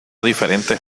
diferentes